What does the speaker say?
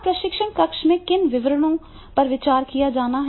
अब प्रशिक्षण कक्ष में किन विवरणों पर विचार किया जाना है